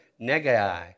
Negai